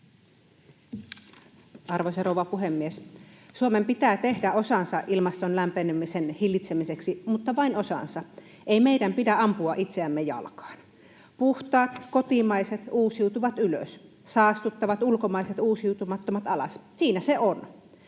Arvoisa rouva puhemies! Suomen pitää tehdä osansa ilmaston lämpenemisen hillitsemiseksi, mutta vain osansa. Ei meidän pidä ampua itseämme jalkaan. Puhtaat kotimaiset uusiutuvat ylös, saastuttavat ulkomaiset uusiutumattomat alas — siinä se on.